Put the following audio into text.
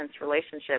relationship